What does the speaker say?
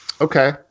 Okay